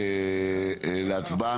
להצבעה.